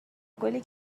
گلی